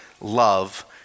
love